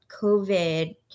COVID